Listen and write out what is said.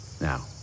Now